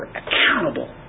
accountable